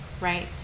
Right